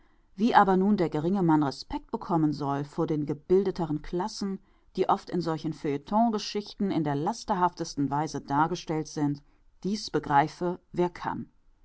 wie aber nun der geringe mann respect bekommen soll vor den gebildeteren klassen die oft in solchen feuilleton geschichten in der lasterhaftesten weise dargestellt sind dies begreife wer kann